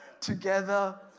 together